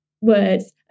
words